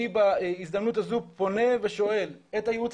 אני בהזדמנות הזו פונה ושואל את הייעוץ